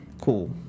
cool